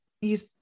use